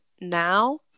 now